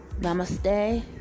Namaste